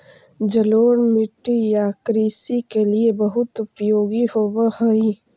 जलोढ़ मिट्टी या कृषि के लिए बहुत उपयोगी होवअ हई